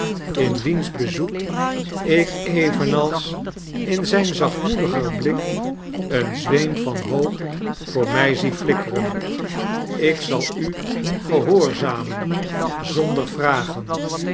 in wiens bezoak ik evenals in zijn zachtrnoediger blik een zweem van hoop voor mij zie flikkeren ik zal u gehoorzamen zonder vragen